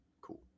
Cool